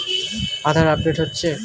আধার update হচ্ছে?